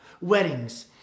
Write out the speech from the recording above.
Weddings